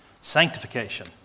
sanctification